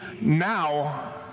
now